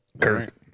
Kirk